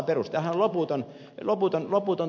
tämähän on loputon tilanne